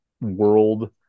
world